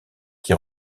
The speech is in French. qui